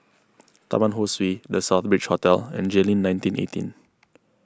Taman Ho Swee the Southbridge Hotel and Jayleen nineteen eighteen